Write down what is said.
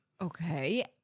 Okay